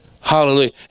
Hallelujah